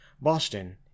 Boston